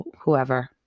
whoever